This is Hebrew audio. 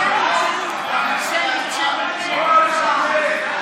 אחרי שמיציתם את כל השיח על ההסתייגויות,